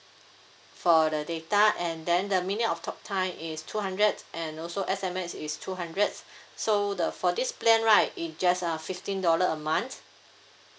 for the data and then the minute of talk time is two hundred and also S_M_S is two hundred so the for this plan right it just uh fifteen dollar a month